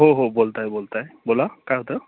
हो हो बोलताय बोलताय बोला काय होतं